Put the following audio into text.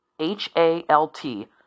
H-A-L-T